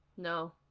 No